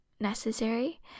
necessary